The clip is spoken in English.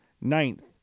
Ninth